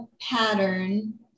pattern